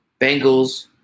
Bengals